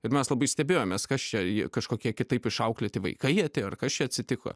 ir mes labai stebėjomės kas čia kažkokie kitaip išauklėti vaikai atėjo ar kas čia atsitiko